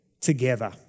together